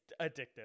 addictive